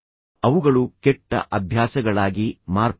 ಅವುಗಳು ಕೆಟ್ಟ ಅಭ್ಯಾಸಗಳಾಗಿ ಮಾರ್ಪಟ್ಟಿದೆ